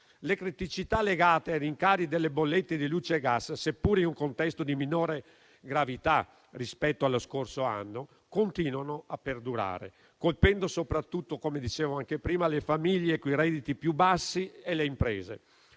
Le criticità legate ai rincari delle bollette di luce e gas, seppur in un contesto di minor gravità rispetto allo scorso anno, continuano a perdurare, colpendo soprattutto, come dicevo anche prima, le famiglie coi redditi più bassi e le imprese.